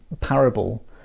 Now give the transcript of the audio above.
parable